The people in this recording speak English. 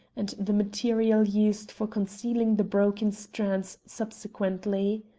and the material used for concealing the broken strands subsequently.